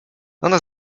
ona